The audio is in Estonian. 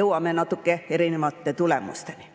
jõuame ka natuke erinevate tulemusteni.